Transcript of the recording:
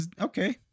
Okay